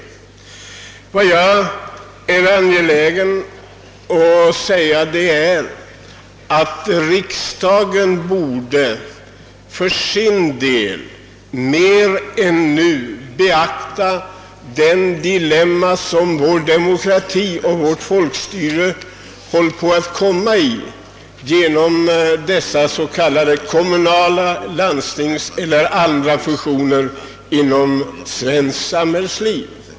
Jag är angelägen att betona att riksdagen mer än nu borde beakta det dilemma vår demokrati och vårt folkstyre håller på att hamna i genom dessa s.k. kommunala landstingsfusioner inom svenskt samhällsliv.